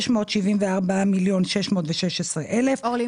674,616,000 --- אורלי,